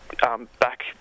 back